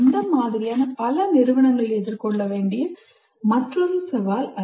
இந்த மாதிரியான பல நிறுவனங்கள் எதிர்கொள்ள வேண்டிய மற்றொரு சவால் அது